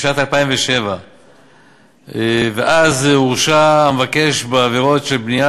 בשנת 2007. אז הורשע המבקש בעבירות של בנייה